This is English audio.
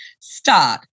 start